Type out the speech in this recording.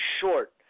short